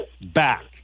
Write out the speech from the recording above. back